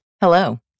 Hello